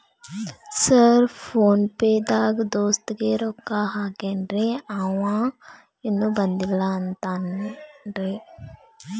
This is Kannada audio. ಸರ್ ಫೋನ್ ಪೇ ದಾಗ ದೋಸ್ತ್ ಗೆ ರೊಕ್ಕಾ ಹಾಕೇನ್ರಿ ಅಂವ ಇನ್ನು ಬಂದಿಲ್ಲಾ ಅಂತಾನ್ರೇ?